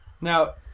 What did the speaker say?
Now